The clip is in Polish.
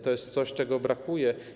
To jest coś, czego brakuje.